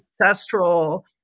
ancestral